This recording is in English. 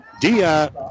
Dia